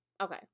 Okay